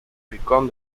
become